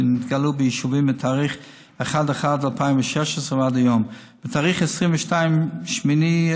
שנתגלו ביישובים מתאריך 1 בינואר 2016 ועד היום: בתאריך 22 באוגוסט